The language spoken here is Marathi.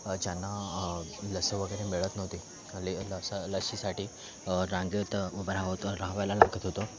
ज्यांना लस वगैरे मिळत नव्हती ले लसा लसीसाठी रांगेत उभं रहावत राहावयाला लागत होतं